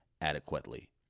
adequately